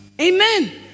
Amen